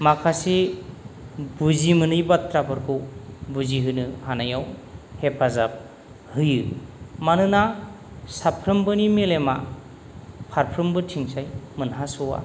माखासे बुजिमोनै बाथ्राफोरखौ बुजिहोनो हानायाव हेफाजाब होयो मानोना साफ्रोमबोनि मेलेमा फारफ्रोमबोथिंजाय मोनहास'वा